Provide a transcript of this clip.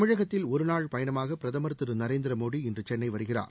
தமிழகத்தில் ஒருநாள் பயணமாக பிரதமர் திரு நரேந்திர மோடி இன்று சென்னை வருகிறார்